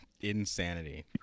insanity